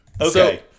Okay